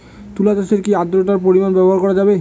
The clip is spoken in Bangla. তুলা চাষে কি আদ্রর্তার পরিমাণ ব্যবহার করা যাবে?